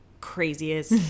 craziest